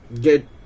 get